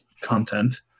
content